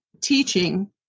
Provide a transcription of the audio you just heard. teaching